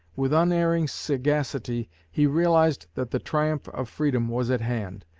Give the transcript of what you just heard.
with unerring sagacity he realized that the triumph of freedom was at hand.